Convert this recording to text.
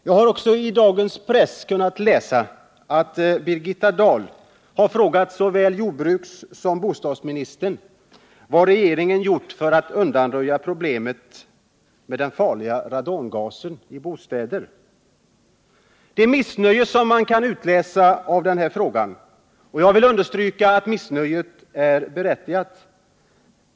Jag har i dag i pressen kunnat läsa att Birgitta Dahl har frågat såväl jordbrukssom bostadsministern vad regeringen har gjort för att undanröja problemet med den farliga radongasen i bostäder. Jag vill understryka att det missnöje som kan utläsas av denna fråga är berättigat.